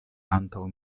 antaŭ